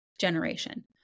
generation